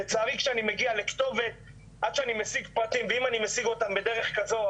לצערי שאני מגיע לכתובת עד שאני משיג פרטים ואם אני משיג אותם בדרך כזו,